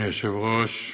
אדוני היושב-ראש,